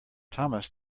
thomas